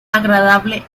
agradable